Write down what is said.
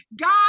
God